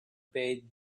bade